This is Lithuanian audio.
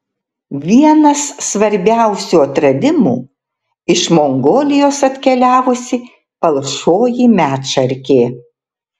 vienas svarbiausių atradimų iš mongolijos atkeliavusi palšoji medšarkė